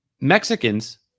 Mexicans